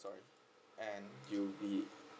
sorry N U V